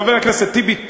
חבר הכנסת טיבי,